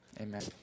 amen